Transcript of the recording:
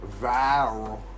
viral